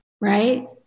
right